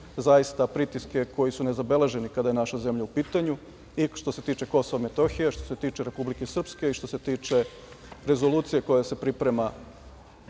zaista, pritiske koji su nezabeleženi kada je naša zemlja u pitanju i što se tiče Kosova i Metohije, što se tiče Republike Srpske i što se tiče rezolucije koja se priprema